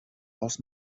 aus